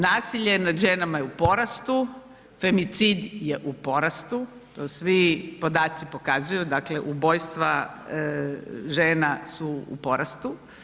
Nasilje nad ženama je u porastu, femicid je u porastu, to svi podaci pokazuju, dakle ubojstva žena su u porastu.